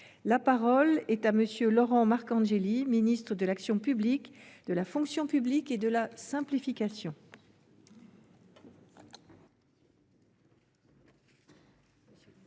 La parole est à M. le ministre de l’action publique, de la fonction publique et de la simplification.